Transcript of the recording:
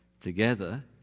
together